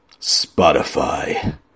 Spotify